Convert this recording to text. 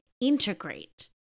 integrate